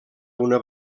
una